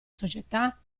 società